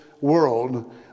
world